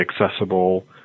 accessible